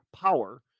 power